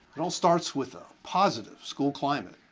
it all starts with ah positive school climate,